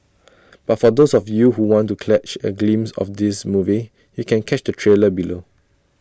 but for those of you who want to catch A glimpse of the movie you can catch the trailer below